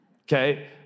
okay